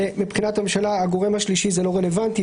מבחינת הממשלה הגורם השלישי הוא לא רלוונטי,